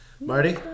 Marty